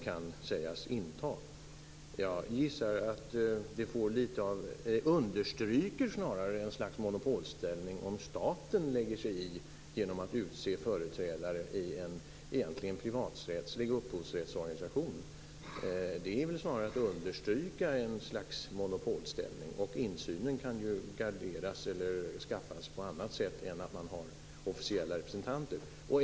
Jag gissar att det snarare understryker ett slags monopolställning om staten lägger sig i genom att utse företrädare i en egentligen privaträttslig upphovsrättsorganisation. Det är väl snarast att understryka ett slags monopolställning. Insynen kan ju åstadkommas på annat sätt än genom officiella representanter.